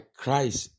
Christ